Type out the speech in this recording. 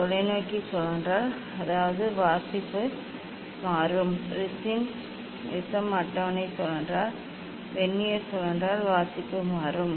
தொலைநோக்கி சுழன்றால் அதாவது வாசிப்பு மாறும் ப்ரிஸம் அட்டவணை சுழன்றால் வெர்னியர் சுழன்றால் வாசிப்பு மாறும்